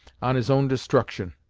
on his own destruction.